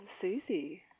Susie